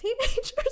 teenagers